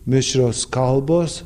mišrios kalbos